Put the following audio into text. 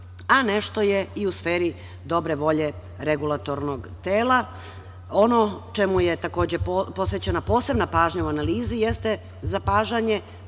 a nešto je i u sferi dobre volje regulatornog tela. Ono čemu je takođe posvećena posebna pažnja u analizi jeste zapažanje